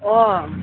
অঁ